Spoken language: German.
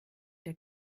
der